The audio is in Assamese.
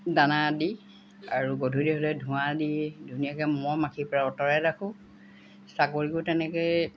দানা দি আৰু গধূলি হ'লে ধোঁৱা দি ধুনীয়াকৈ মহ মাখিৰ পৰা উতৰাই ৰাখোঁ চাকৰিকো তেনেকেই